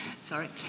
sorry